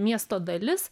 miesto dalis